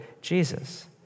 Jesus